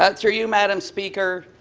ah through you madam speaker,